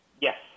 Yes